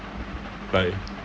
like